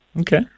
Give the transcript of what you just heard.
Okay